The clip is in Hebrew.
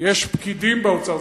יש פקידים באוצר.